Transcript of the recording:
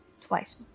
Twice